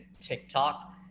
TikTok